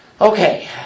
Okay